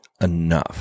enough